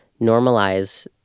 normalize